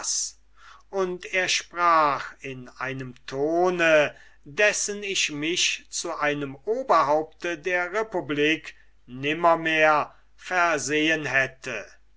und er sprach in einem tone dessen ich mich zu einem oberhaupte der republik nimmermehr versehen hätte